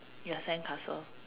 your sandcastle